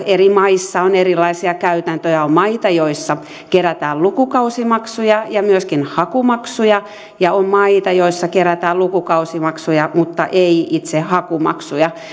eri maissa on erilaisia käytäntöjä on maita joissa kerätään lukukausimaksuja ja myöskin hakumaksuja ja on maita joissa kerätään lukukausimaksuja mutta ei itse hakumaksuja